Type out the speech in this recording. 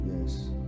Yes